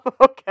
okay